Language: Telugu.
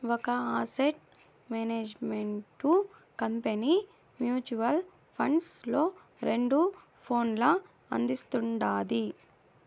ఒక asset management company mutual funds లో రెండు ప్లాన్లు అందిస్తుండాది